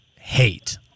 hate